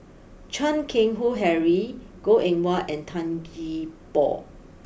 Chan Keng Howe Harry Goh Eng Wah and Tan Gee Paw